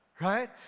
right